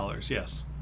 yes